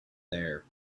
there